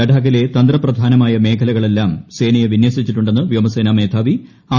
ലഡാക്കിലെ തന്ത്രപ്രധാനമായ മേഖലകളിലെല്ലാം സേനയെ വിനൃസിച്ചിട്ടുണ്ടെന്ന് വ്യോമസേനാ മേധാവി ആർ